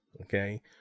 Okay